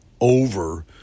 over